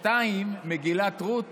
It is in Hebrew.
2. מגילת רות